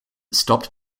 stopped